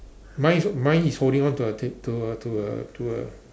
mine is mine is holding on to a t~ to a to a to a